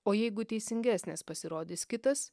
o jeigu teisingesnės pasirodys kitas